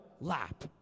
lap